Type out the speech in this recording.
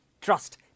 trust